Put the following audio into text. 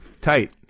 Tight